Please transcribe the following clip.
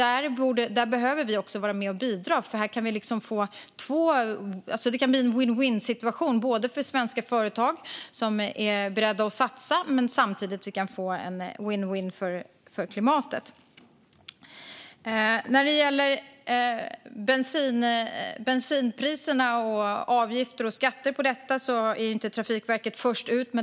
Här behöver vi också vara med och bidra, för det kan bli en vinn-vinnsituation för svenska företag som är beredda att satsa och för klimatet. När det gäller bensinpriserna och avgifter och skatter på detta är ju inte Trafikverket först ut.